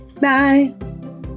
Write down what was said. Bye